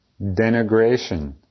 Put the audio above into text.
denigration